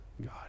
God